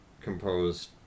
composed